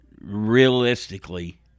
realistically